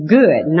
good